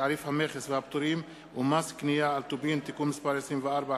המכס והפטורים ומס קנייה על טובין (תיקון מס' 24),